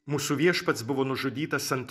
mūsų viešpats buvo nužudytas ant